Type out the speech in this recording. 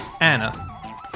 Anna